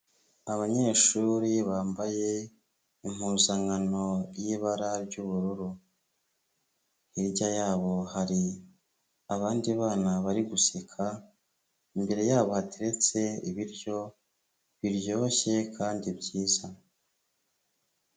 Abanyeshuri bambaye impuzankano y'ibara ry'ubururu, hirya yabo hari abandi bana bari guseka, imbere yabo hateretse ibiryo biryoshye kandi byiza.